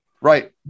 Right